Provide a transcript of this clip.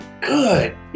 good